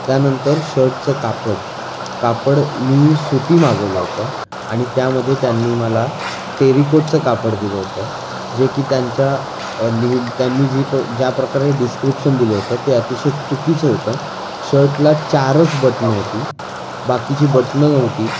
त्यानंतर शर्टचं कापड कापड मी सुती मागवलं होतं आणि त्यामध्ये त्यांनी मला टेरिकोटचं कापड दिलं होतं जे की त्यांच्या लिहिलं त्यांनी जी ज्या प्रकारे डिस्क्रिप्शन दिलं होतं ते अतिशय चुकीचं होतं शर्टला चारच बटनं होती बाकीची बटनं नव्हती